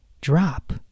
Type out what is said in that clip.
drop